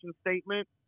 statement